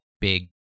big